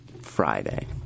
Friday